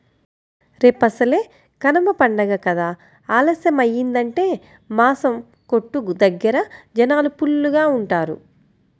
రేపసలే కనమ పండగ కదా ఆలస్యమయ్యిందంటే మాసం కొట్టు దగ్గర జనాలు ఫుల్లుగా ఉంటారు